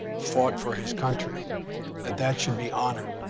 fought for his country that that should be honored.